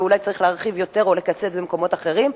ואולי צריך להרחיב יותר או לקצץ במקומות אחרים.